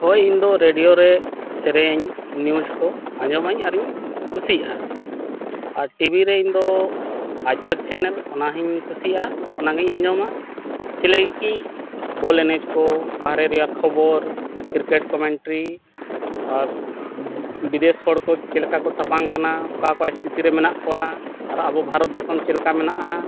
ᱦᱳᱭ ᱤᱧᱫᱚ ᱨᱮᱰᱤᱭᱳ ᱨᱮ ᱥᱮᱨᱮᱧ ᱱᱤᱭᱩᱡᱽ ᱠᱚ ᱟᱸᱡᱚᱢᱟᱹᱧ ᱟᱨᱤᱧ ᱠᱩᱥᱤᱭᱟᱜᱼᱟ ᱟᱨ ᱴᱤᱵᱷᱤ ᱨᱮ ᱤᱧᱫᱚ ᱟᱡᱛᱚᱠ ᱪᱮᱱᱮᱞ ᱚᱱᱟᱦᱚᱸᱧ ᱠᱩᱥᱤᱭᱟᱜᱼᱟ ᱚᱱᱟᱜᱮᱧ ᱟᱸᱡᱚᱢᱟ ᱪᱮᱞᱮᱧᱪᱤ ᱵᱚᱞ ᱮᱱᱮᱡ ᱠᱚ ᱵᱟᱦᱨᱮ ᱨᱮᱱᱟᱜ ᱠᱷᱚᱵᱚᱨ ᱠᱨᱤᱠᱮᱴ ᱠᱚᱢᱮᱱᱴᱨᱤ ᱟᱨ ᱵᱤᱫᱮᱥ ᱦᱚᱲᱠᱚ ᱪᱮᱫ ᱞᱮᱠᱟᱠᱚ ᱛᱟᱯᱟᱢ ᱠᱟᱱᱟ ᱚᱠᱟ ᱚᱠᱟ ᱥᱛᱷᱤᱛᱤᱨᱮ ᱢᱮᱱᱟᱜ ᱠᱚᱣᱟ ᱟᱨ ᱟᱵᱚ ᱵᱷᱟᱨᱚᱛ ᱫᱤᱥᱚᱢ ᱪᱮᱫ ᱞᱮᱠᱟ ᱢᱮᱱᱟᱜᱼᱟ